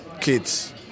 kids